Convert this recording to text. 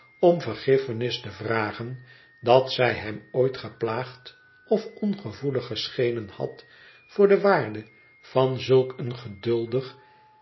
om vergififenis te vragen dat zij hem ooit geplaagd of ongevoelig geschenen had voor de waarde van zulk een geduldig